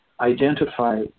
identify